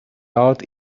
out